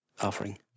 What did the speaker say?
offering